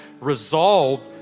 resolved